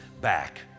back